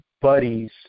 buddies